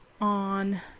on